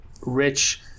rich